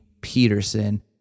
Peterson